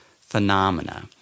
phenomena